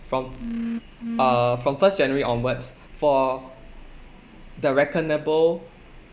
from uh from first january onwards for the reckonable